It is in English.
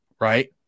right